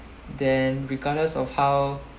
then regardless of how